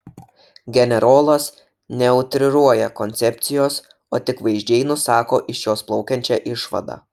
generolas neutriruoja koncepcijos o tik vaizdžiai nusako iš jos plaukiančią išvadą